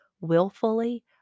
willfully